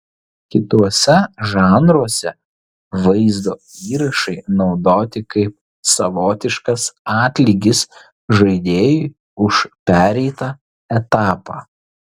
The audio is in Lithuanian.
kituose žanruose vaizdo įrašai naudoti kaip savotiškas atlygis žaidėjui už pereitą etapą